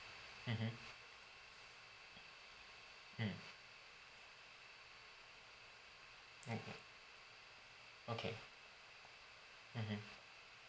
mmhmm mm okay okay mmhmm